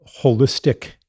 holistic